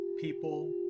People